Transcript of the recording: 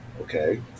okay